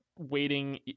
waiting